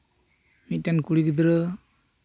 ᱢᱤᱫᱴᱮᱱ ᱠᱩᱲᱤ ᱜᱤᱫᱽᱨᱟᱹ